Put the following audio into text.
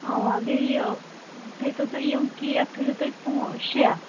اَوا بیٚیہِ یہِ تھٲیتو تُہۍ یِم کیک تھٲیزیو تُہۍ پا شےٚ